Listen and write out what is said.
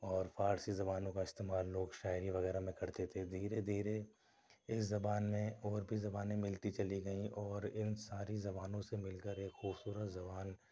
اور فارسی زبانوں کا استعمال لوگ شاعری وغیرہ میں کرتے تھے دھیرے دھیرے ایک زبان میں اور بھی زبانیں ملتی چلی گئیں اور اِن ساری زبانوں سے مل کر ایک خوبصورت زبان